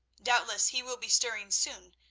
doubtless he will be stirring soon,